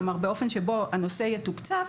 כלומר באופן שבו הנושא יתוקצב,